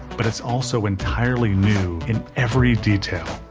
but it's also entirely new in every detail.